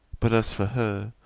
but as for her,